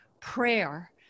prayer